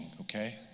okay